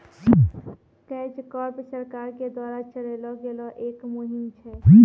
catch crop सरकार के द्वारा चलैलो गेलो एक मुहिम छै